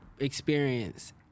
Experience